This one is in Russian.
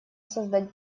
создать